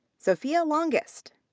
sophia longest.